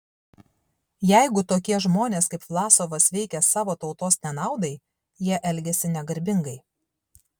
jeigu tokie žmonės kaip vlasovas veikia savo tautos nenaudai jie elgiasi negarbingai